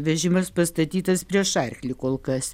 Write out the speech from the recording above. vežimas pastatytas prieš arklį kol kas